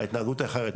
ההתנהגות היא אחרת.